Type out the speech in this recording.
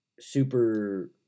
super